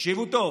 תקשיבו טוב: